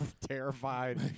terrified